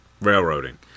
Railroading